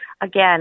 again